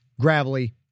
gravelly